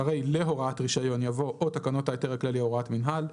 אחרי "להוראת רישיון" יבוא "או תקנות ההיתר כללי או הוראת מינהל",